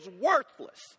worthless